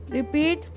Repeat